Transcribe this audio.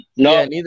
No